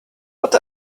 what